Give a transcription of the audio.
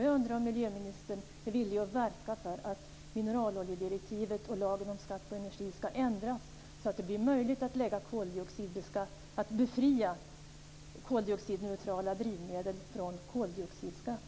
Jag undrar om miljöministern är villig att verka för att mineraloljedirektivet och lagen om skatt på energi ska ändras, så att det blir möjligt att befria koldioxidneutrala drivmedel från koldioxidskatt.